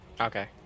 Okay